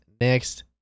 next